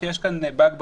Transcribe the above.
שיש כאן באג בחקיקה.